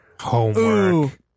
Homework